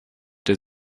der